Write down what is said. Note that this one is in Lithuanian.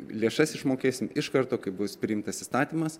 lėšas išmokėsim iš karto kai bus priimtas įstatymas